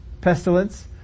pestilence